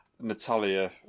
Natalia